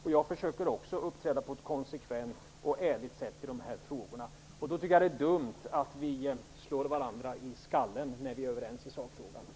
Också jag försöker uppträda på ett konsekvent och ärligt sätt i de här frågorna. Det vore dumt att slå varandra i skallen när vi är överens i sakfrågan.